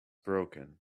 broken